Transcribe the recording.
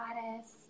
goddess